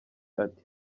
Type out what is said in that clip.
ati